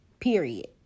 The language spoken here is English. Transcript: Period